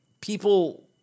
people